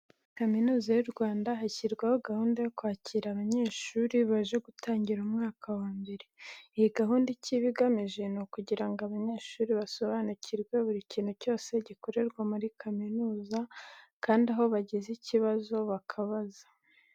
Muri Kaminuza y'u Rwanda hashyirwaho gahunda yo kwakira abanyeshuri baje gutangira umwaka wa mbere. Iyi gahunda icyo iba igamije, ni ukugira ngo aba banyeshuri basobanukirwe buri kintu cyose gikorerwa muri kaminuza, kandi aho bagize ikibazo bakabaza.